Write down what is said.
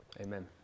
Amen